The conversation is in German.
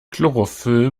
chlorophyll